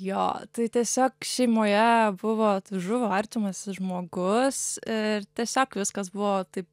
jo tai tiesiog šeimoje buvo žuvo artimas žmogus ir tiesiog viskas buvo taip